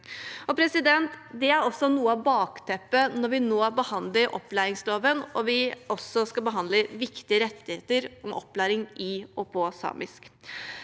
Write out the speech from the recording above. historien. Det er noe av bakteppet når vi nå behandler opplæringsloven, og vi også skal behandle viktige rettigheter om opplæring i og på samisk.